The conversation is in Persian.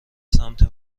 سمت